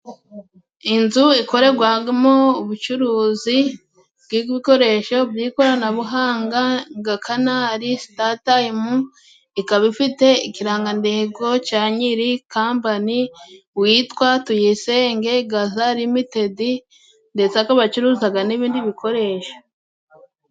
Inzu ikoregwamo ubucuruzi bw'ibikoresho by'ikoranabuhanga. Nga Kanari, Sitatayimu ikaba ifite ikirangandego ca nyiri kampani witwa Tuyisenge gaza limitidi ndetse akaba acuruzaga n'ibindi' bikoresho.